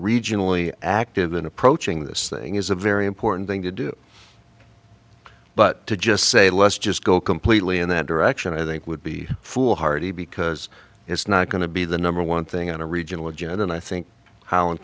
regionally active in approaching this thing is a very important thing to do but to just say let's just go completely in that direction i think would be foolhardy because it's not going to be the number one thing on a regional agenda and i think ho